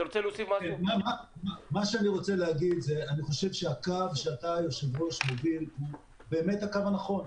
אני רוצה לומר שאני חושב שהקו שאתה היושב ראש מוביל הוא באמת הקו הנכון.